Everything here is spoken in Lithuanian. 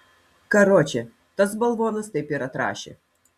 karoče tas balvonas taip ir atrašė